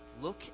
look